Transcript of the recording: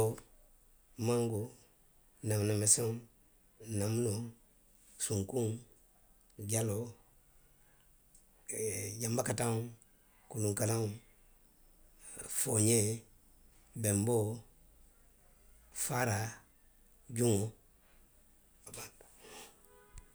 Mangoo, neemuna meseŋo. neemunoo, sunkuŋo. jaloo, janbakataŋo, kulunkalaŋo, fooňee, benboo, faaraa. juŋo, a banta.